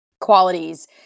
qualities